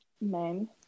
men